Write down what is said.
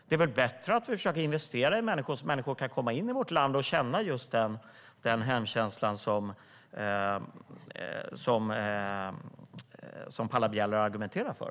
Det är väl bättre att vi försöker investera i människor så att de kan komma in i vårt land och känna den hemkänsla som Paula Bieler argumenterar för?